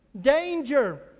Danger